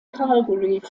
calgary